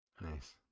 Nice